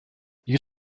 you